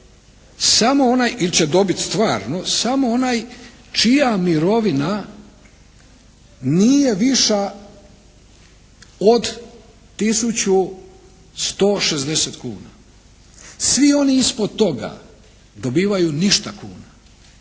samo onaj ili će dobiti stvarno samo onaj čija mirovina nije viša od 1.160,00 kuna. Svi oni ispod toga dobivaju ništa kuna.